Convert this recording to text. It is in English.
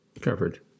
covered